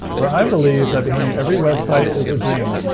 where i believe that behind every website is a dream.